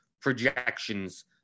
projections